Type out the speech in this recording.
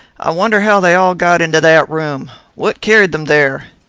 i wonder how they all got into that room. what carried them there?